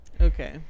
Okay